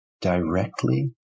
directly